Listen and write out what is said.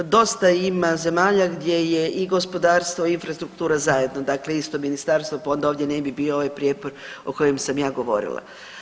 Dosta ima zemalja gdje je i gospodarstvo i infrastruktura zajedno, dakle isto ministarstvo, pa onda ovdje ne bi bio ovaj prijepor o kojem sam ja govorila.